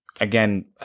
Again